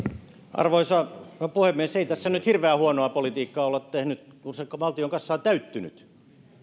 arvoisa puhemies ei tässä nyt hirveän huonoa politiikkaa olla tehty kun se valtion kassa on täyttynyt